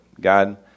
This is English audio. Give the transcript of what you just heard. God